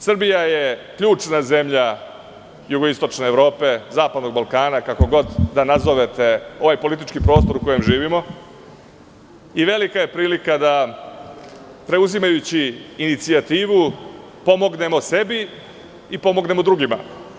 Srbija je ključna zemlja jugoistočne Evrope, zapadnog Balkana, kako god da nazovete ovaj politički prostor u kojem živimo, i velika je prilika da preuzimajući inicijativu pomognemo sebi i pomognemo drugima.